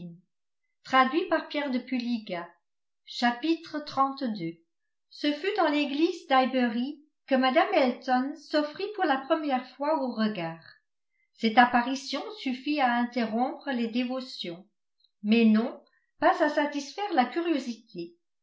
ce fut dans l'église d'highbury que mme elton s'offrit pour la première fois aux regards cette apparition suffit à interrompre les dévotions mais non pas à satisfaire la curiosité